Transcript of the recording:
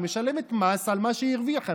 היא משלמת מס על מה שהיא הרוויחה.